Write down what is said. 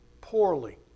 poorly